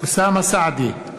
אוסאמה סעדי,